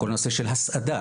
כל נושא של הסעדה,